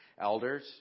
Elders